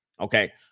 okay